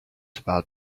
about